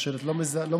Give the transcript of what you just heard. או שאת לא מבדילה?